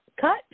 cut